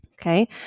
Okay